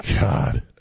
God